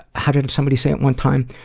how did somebody say it one time,